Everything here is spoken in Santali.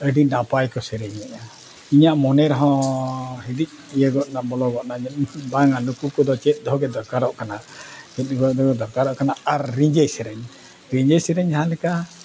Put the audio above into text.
ᱟᱹᱰᱤ ᱱᱟᱯᱟᱭ ᱠᱚ ᱥᱮᱨᱮᱧᱮᱜᱼᱟ ᱤᱧᱟᱹᱜ ᱢᱚᱱᱮ ᱨᱮᱦᱚᱸ ᱦᱤᱸᱫᱤᱡ ᱤᱭᱟᱹ ᱜᱚᱫᱱᱟ ᱵᱚᱞᱚ ᱜᱚᱫᱱᱟ ᱵᱟᱝ ᱱᱩᱠᱩ ᱠᱚᱫᱚ ᱪᱮᱫ ᱫᱚᱦᱚ ᱜᱮ ᱫᱚᱨᱠᱟᱨᱚᱜ ᱠᱟᱱᱟ ᱪᱮᱫ ᱫᱚᱦᱚᱜᱮ ᱫᱚᱨᱠᱟᱨᱚᱜ ᱠᱟᱱᱟ ᱟᱨ ᱨᱤᱸᱡᱷᱟᱹ ᱥᱮᱨᱮᱧ ᱨᱤᱸᱡᱷᱟᱹ ᱥᱮᱨᱮᱧ ᱡᱟᱦᱟᱸ ᱞᱮᱠᱟ